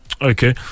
okay